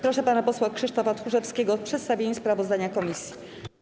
Proszę pana posła Krzysztofa Tchórzewskiego o przedstawienie sprawozdania komisji.